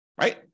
Right